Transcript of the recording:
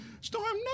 Storm